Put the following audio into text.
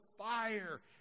fire